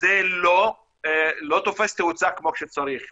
שזה לא תופס תאוצה כמו שצריך.